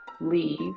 leave